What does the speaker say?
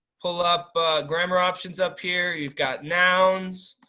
pull up grammar options up here. you've got nouns,